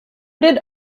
did